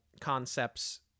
concepts